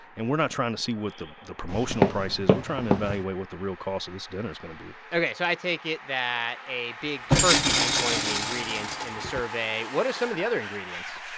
and we're not trying to see what the the promotional price is. we're trying to evaluate what the real cost of this dinner is going to be ok, so i take it that a big turkey is one of the ingredients in the survey. what are some of the other ingredients?